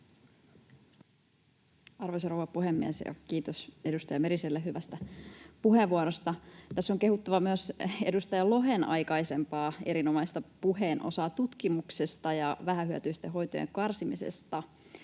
Arvoisa rouva puhemies! Kiitos edustaja Meriselle hyvästä puheenvuorosta. Tässä on kehuttava myös edustaja Lohen aikaisempaa erinomaista puheen osaa tutkimuksesta ja vähähyötyisten hoitojen karsimisesta.